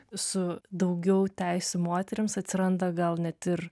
su daugiau teisių moterims atsiranda gal net ir